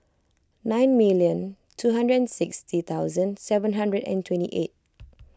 nine million two hundred and sixty thousand seven hundred and twenty eight